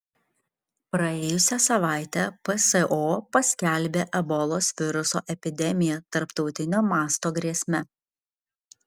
praėjusią savaitę pso paskelbė ebolos viruso epidemiją tarptautinio masto grėsme